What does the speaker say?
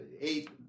eight